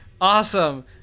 awesome